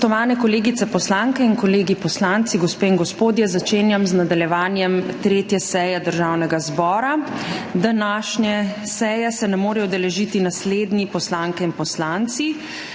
Spoštovani kolegice poslanke in kolegi poslanci, gospe in gospodje! Začenjam nadaljevanje 3. seje Državnega zbora. Današnje seje se ne morejo udeležiti naslednji poslanke in poslanci: